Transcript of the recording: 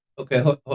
Okay